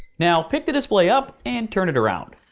now, pick the display up, and turn it around.